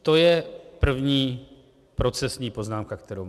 To je první procesní poznámka, kterou mám.